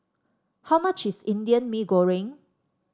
how much is Indian Mee Goreng